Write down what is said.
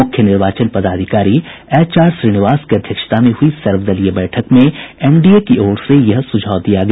मुख्य निर्वाचन पदाधिकारी एचआर श्रीनिवास की अध्यक्षता में हुई सर्वदलीय बैठक में एनडीए की ओर से यह सुझाव दिया गया